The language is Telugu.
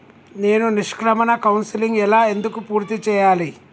నేను నిష్క్రమణ కౌన్సెలింగ్ ఎలా ఎందుకు పూర్తి చేయాలి?